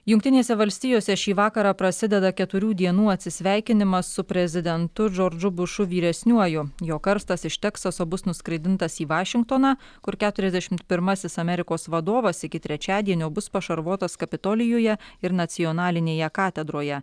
jungtinėse valstijose šį vakarą prasideda keturių dienų atsisveikinimas su prezidentu džordžu bušu vyresniuoju jo karstas iš teksaso bus nuskraidintas į vašingtoną kur keturiasdešimt pirmasis amerikos vadovas iki trečiadienio bus pašarvotas kapitolijuje ir nacionalinėje katedroje